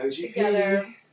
together